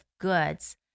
goods